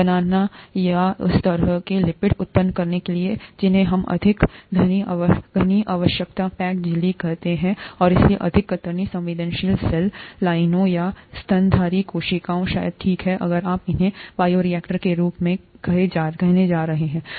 बनाने या उस तरह के लिपिड उत्पन्न करने के लिए जिन्हें हमें अधिक घनीआवश्यकता पैक झिल्ली कीहोती है और इसलिए अधिक कतरनी संवेदनशील सेल लाइनों या स्तनधारी कोशिकाओं शायद ठीक है अगर आप उन्हें बायोरिएक्टर में उपयोग करने जा रहे हैं है ना